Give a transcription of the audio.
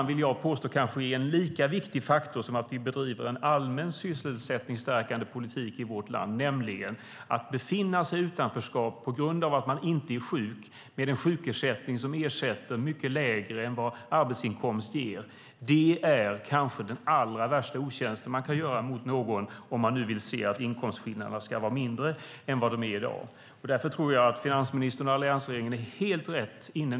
Jag vill påstå att detta kanske är en lika viktig faktor som att vi bedriver en allmän sysselsättningsstärkande politik i vårt land. Det handlar nämligen om att befinna sig i utanförskap när man inte är sjuk, med en sjukersättning som ger mycket lägre ersättning än vad en arbetsinkomst ger. Det är kanske den allra värsta otjänsten man kan göra mot någon, om man nu vill se att inkomstskillnaderna ska vara mindre än vad de är i dag. Därför tror jag att finansministern och alliansregeringen är på helt rätt spår.